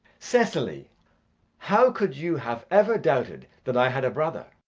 cecily how could you have ever doubted that i had a brother?